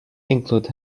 include